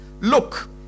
Look